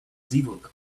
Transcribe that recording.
zvooq